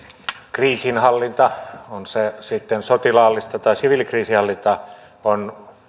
kriisinhallinta on se sitten sotilaallista tai siviilikriisinhallintaa on